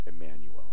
Emmanuel